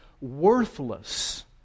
worthless